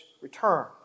return